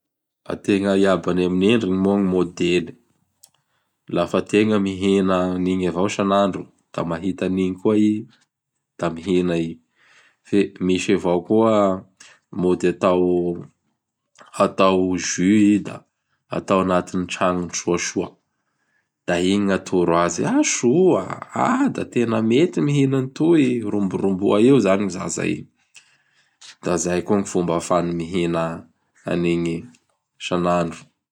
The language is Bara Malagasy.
Ategna Iabany amin'ny Endriny moa gny modely. Lafa ategna mihina anigny avao isan'andro, da mahita anigny koa i da mihina i. Fe misy avao koa mody atao, atao jus i da atao anatin'ny tragnony soasoa. Da igny gn' atoro azy: ''ha soa! Ha da tena mety gny mihina agny toy. ''Romboromboa eo izany zaza igny. Da izay koa ny fomba ahafahany mihina an'igny isan'andro.